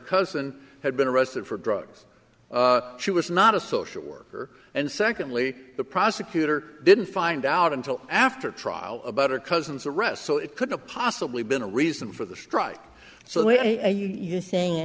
cousin had been arrested for drugs she was not a social worker and secondly the prosecutor didn't find out until after trial about her cousin's arrest so it could have possibly been a reason for the strike so a you